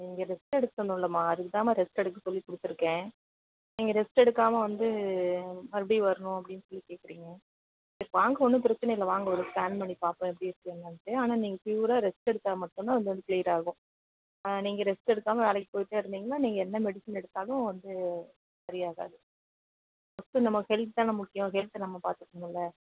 நீங்கள் ரெஸ்ட்டு எடுக்கணும்லம்மா அதுக்கு தான்மா ரெஸ்ட்டு எடுக்க சொல்லி கொடுத்துருக்கேன் நீங்கள் ரெஸ்ட்டு எடுக்காமல் வந்து மறுபடியும் வரணும் அப்படின்னு சொல்லி கேட்குறீங்க சரி வாங்க ஒன்றும் பிரச்சின இல்லை வாங்க ஒரு ஸ்கேன் பண்ணி பார்ப்போம் எப்படி இருக்குது என்னென்ட்னு ஆனால் நீங்கள் ப்யூராக ரெஸ்ட்டு எடுத்தால் மட்டும்தான் இது வந்து க்ளியராகும் ஆ நீங்கள் ரெஸ்ட்டு எடுக்காமல் வேலைக்கு போயிட்டே இருந்திங்கன்னா நீங்கள் என்ன மெடிஷன் எடுத்தாலும் வந்து சரியாகாது ஃபஸ்ட்டு நம்ம ஹெல்த்து தானே முக்கியம் ஹெல்த நம்ம பார்த்துக்கணும்ல